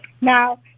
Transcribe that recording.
Now